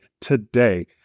today